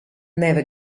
never